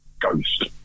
Ghost